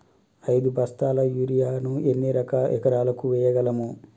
ఐదు బస్తాల యూరియా ను ఎన్ని ఎకరాలకు వేయగలము?